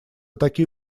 такие